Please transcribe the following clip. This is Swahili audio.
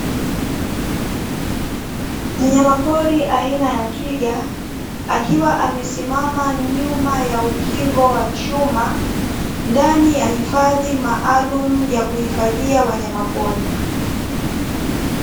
Mnyamapori aina ya twiga, akiwa amesimama nyuma ya ukingo wa chuma, ndani ya hifadhi maalumu ya kuhifadhia wanyama pori.